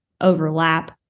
overlap